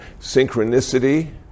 synchronicity